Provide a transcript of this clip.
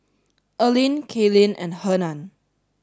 Earlene Kaylyn and Hernan